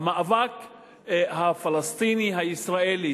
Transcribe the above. המאבק הפלסטיני ישראלי,